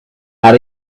how